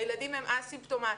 הילדים הם א-סימפטומטיים,